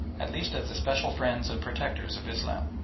at least as the special friends and protectors of islam.